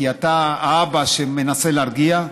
כי אתה האבא שמנסה להרגיע,